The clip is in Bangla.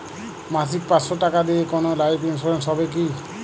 মাসিক পাঁচশো টাকা দিয়ে কোনো লাইফ ইন্সুরেন্স হবে কি?